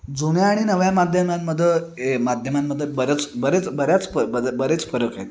जुन्या आणि नव्या माध्यमांमध्ये ए माध्यमांमध्ये बरच बरेच बऱ्याच फ बरेच फरक आहेत